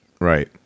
Right